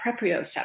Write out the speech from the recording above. proprioception